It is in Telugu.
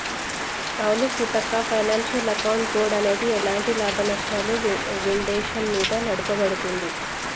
అవును సీతక్క ఫైనాన్షియల్ అకౌంట్ బోర్డ్ అనేది ఎలాంటి లాభనష్టాలు విండేషన్ మీద నడపబడుతుంది